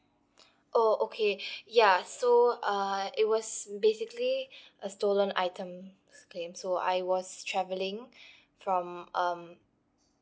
oh okay ya so uh it was basically a stolen items claim so I was travelling from um